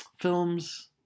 films